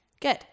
good